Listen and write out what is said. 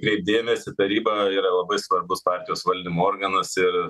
kreipt dėmesį taryba yra labai svarbus partijos valdymo organas ir